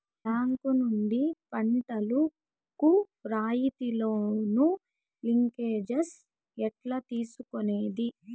Bank నుండి పంటలు కు రాయితీ లోను, లింకేజస్ ఎట్లా తీసుకొనేది?